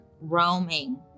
roaming